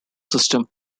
system